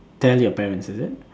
tell your parents is it